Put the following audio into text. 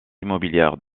immobilières